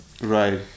Right